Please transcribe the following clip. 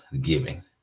giving